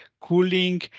cooling